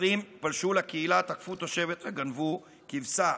מתנחלים פלשו לקהילה, תקפו תושבת וגנבו כבשה.